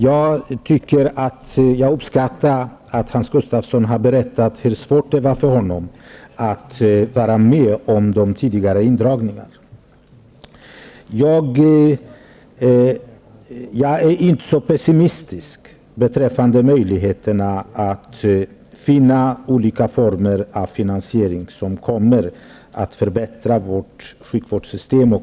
Jag uppskattar att Hans Gustafsson har berättat hur svårt det var för honom att vara med om de tidigare indragningarna. Jag är inte så pessimistisk beträffande möjligheterna att finna olika former av finansiering som kommer att förbättra vårt sjukvårdssystem.